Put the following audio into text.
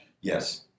Yes